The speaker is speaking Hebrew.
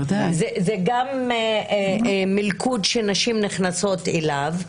זה גם מלכוד שנשים נכנסות אליו,